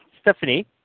Stephanie